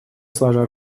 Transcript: сложа